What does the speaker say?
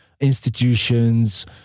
institutions